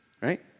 right